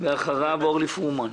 ואחריו אורלי פרומן.